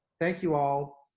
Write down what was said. thank you all.